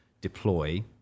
deploy